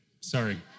Sorry